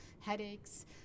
headaches